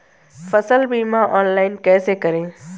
फसल बीमा ऑनलाइन कैसे करें?